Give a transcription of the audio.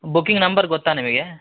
booking number ಗೊತ್ತಾ ನಿಮಗೆ